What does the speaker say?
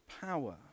power